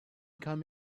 come